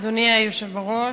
אדוני היושב-ראש,